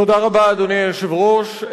תודה רבה, אדוני היושב-ראש.